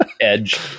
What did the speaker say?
Edge